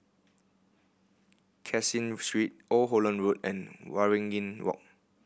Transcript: Caseen Street Old Holland Road and Waringin Walk